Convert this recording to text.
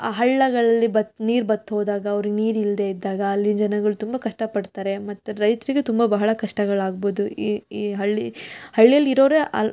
ಹಳ್ಳಗಳಲ್ಲಿ ಬತ್ತಿ ನೀರು ಬತ್ತಿ ಹೋದಾಗ ಅವರು ನೀರಿಲ್ಲದೆಯಿದ್ದಾಗ ಅಲ್ಲಿ ಜನಗಳು ತುಂಬ ಕಷ್ಟ ಪಡ್ತಾರೆ ಮತ್ತು ರೈತರಿಗೆ ತುಂಬ ಬಹಳ ಕಷ್ಟಗಳಾಗ್ಬೋದು ಈ ಈ ಹಳ್ಳಿ ಹಳ್ಳಿಯಲ್ಲಿ ಇರೋವ್ರೆ